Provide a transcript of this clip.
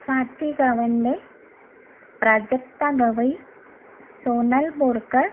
Swati Gawande Prajakta Gawai Sonal Borkar